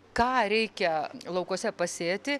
ką reikia laukuose pasėti